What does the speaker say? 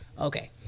Okay